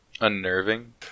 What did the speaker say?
unnerving